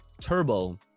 Turbo